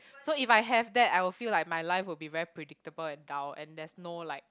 so if I have that I will feel like my life would be very predictable and dull and there's no like